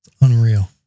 Unreal